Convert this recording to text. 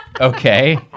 okay